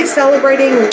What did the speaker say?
celebrating